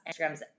Instagrams